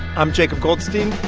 i'm jacob goldstein.